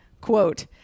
Quote